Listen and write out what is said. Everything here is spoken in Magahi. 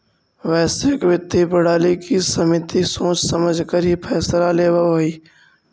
वैश्विक वित्तीय प्रणाली की समिति सोच समझकर ही फैसला लेवअ हई